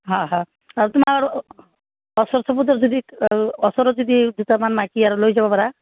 হয় হয় আৰু তোমাৰ ওচৰ চবতে যদি ওচৰৰ যদি দুটামান মাইকী আৰু লৈ যাব পাৰা